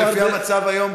לפי המצב היום,